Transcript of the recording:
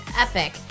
epic